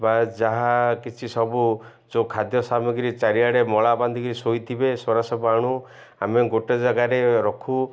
ବା ଯାହା କିଛି ସବୁ ଯେଉଁ ଖାଦ୍ୟ ସାମଗ୍ରୀ ଚାରିଆଡ଼େ ମଳା ବାନ୍ଧିକିରି ଶୋଇଥିବେ ସେରାସବୁ ଆଣୁ ଆମେ ଗୋଟେ ଜାଗାରେ ରଖୁ